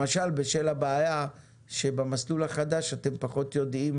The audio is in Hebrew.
למשל בשל הבעיה שבמסלול החדש אתם פחות יודעים